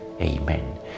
Amen